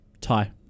Tie